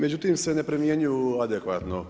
Međutim se ne primjenjuju adekvatno.